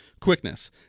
Quickness